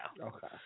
Okay